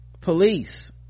Police